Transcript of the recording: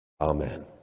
Amen